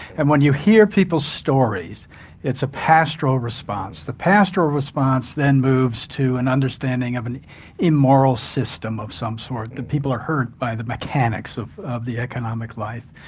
and when you hear people's stories it's a pastoral response. the pastoral response then moves to an understanding of an immoral system of some sort that people are hurt by the mechanics of of the economic life,